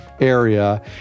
area